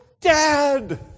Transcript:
Dad